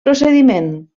procediment